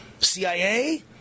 CIA